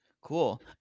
Cool